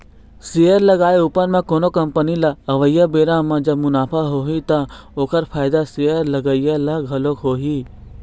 share लगाए उपर म कोनो कंपनी ल अवइया बेरा म जब मुनाफा होही ता ओखर फायदा शेयर लगइया ल घलोक होही